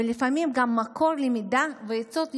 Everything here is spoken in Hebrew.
ולפעמים גם מקור למידע ועצות יום-יומיות.